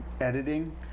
editing